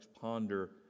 ponder